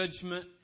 judgment